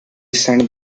sent